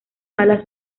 mala